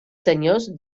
senyors